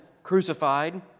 crucified